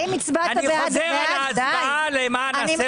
אני חוזר על ההצבעה למען הסר ספק.